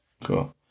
Cool